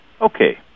Okay